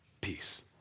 peace